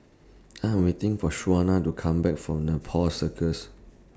I Am waiting For Shawnna to Come Back from Nepal Circus